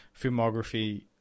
filmography